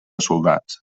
soldats